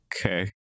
Okay